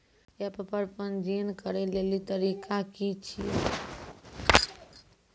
App पर पंजीकरण करै लेली तरीका की छियै?